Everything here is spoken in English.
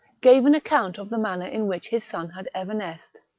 gave an account of the manner in which his son had evanesced.